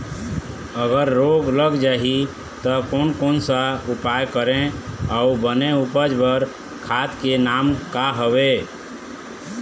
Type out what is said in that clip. अगर रोग लग जाही ता कोन कौन सा उपाय करें अउ बने उपज बार खाद के नाम का हवे?